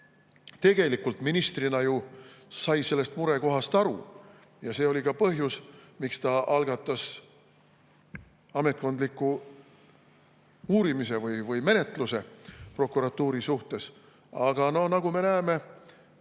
tegelikult ministrina sai sellest murekohast aru ja see oli ka põhjus, miks ta algatas ametkondliku uurimise või menetluse prokuratuuri suhtes. Aga nagu me näeme,